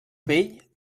vell